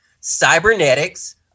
cybernetics